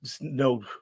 no